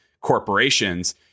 corporations